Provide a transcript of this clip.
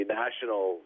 national